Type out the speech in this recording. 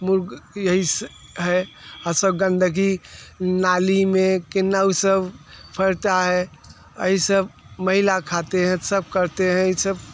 मुर्ग यही है और सब गंदगी नाली में केना वह सब फलता है यह सब मैला खाते हैं सब करते हैं यह सब